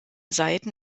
seiten